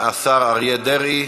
השר אריה דרעי.